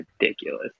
ridiculous